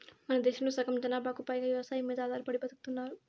మనదేశంలో సగం జనాభాకు పైగా వ్యవసాయం మీద ఆధారపడి బతుకుతున్నారు